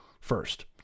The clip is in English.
first